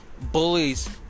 bullies